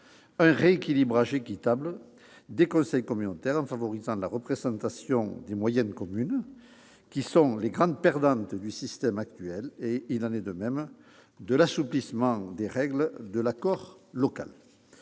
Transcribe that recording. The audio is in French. un rééquilibrage équitable des conseils communautaires, en favorisant la représentation des moyennes communes, qui sont les grandes perdantes du système actuel. Il en est de même de l'assouplissement des règles de l'accord local.